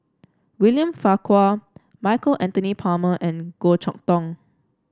William Farquhar Michael Anthony Palmer and Goh Chok Tong